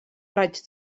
raig